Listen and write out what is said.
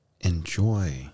enjoy